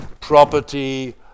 property